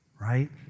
right